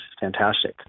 fantastic